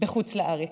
בחוץ לארץ.